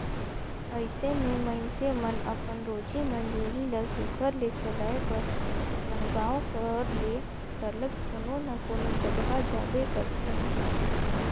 अइसे में मइनसे मन अपन रोजी मंजूरी ल सुग्घर ले चलाए बर अपन गाँव घर ले सरलग कोनो न कोनो जगहा जाबे करथे